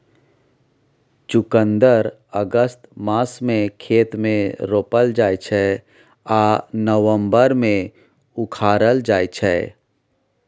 चुकंदर अगस्त मासमे खेत मे रोपल जाइ छै आ नबंबर मे उखारल जाइ छै